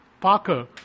Parker